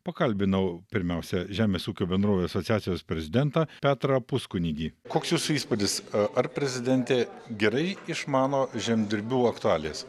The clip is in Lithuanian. pakalbinau pirmiausia žemės ūkio bendrovių asociacijos prezidentą petrą puskunigį koks jis įspūdis ar prezidentė gerai išmano žemdirbių aktualijas